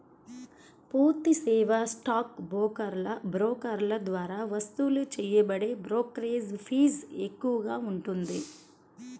పూర్తి సేవా స్టాక్ బ్రోకర్ల ద్వారా వసూలు చేయబడే బ్రోకరేజీ ఫీజు ఎక్కువగా ఉంటుంది